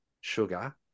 sugar